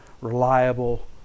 reliable